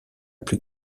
plus